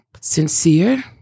sincere